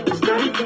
study